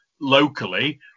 locally